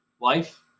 Life